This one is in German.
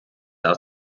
aus